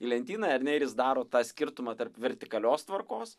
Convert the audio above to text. į lentyną ar ne ir jis daro tą skirtumą tarp vertikalios tvarkos